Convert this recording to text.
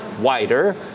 wider